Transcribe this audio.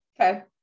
Okay